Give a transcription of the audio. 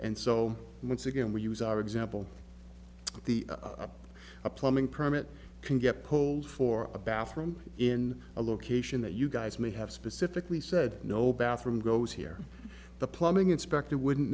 so once again we use our example the up a plumbing permit can get pulled for a bathroom in a location that you guys may have specifically said no bathroom goes here the plumbing inspector wouldn't